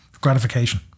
gratification